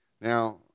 Now